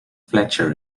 fletcher